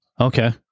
Okay